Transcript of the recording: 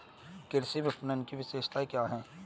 कृषि विपणन की विशेषताएं क्या हैं?